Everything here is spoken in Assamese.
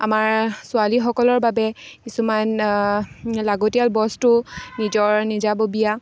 আমাৰ ছোৱালীসকলৰ বাবে কিছুমান লাগতিয়াল বস্তু নিজৰ নিজাববীয়া